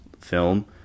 film